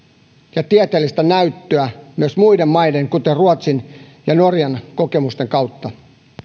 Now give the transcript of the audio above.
ja tieteellistä näyttöä myös muiden maiden kuten ruotsin ja norjan kokemusten kautta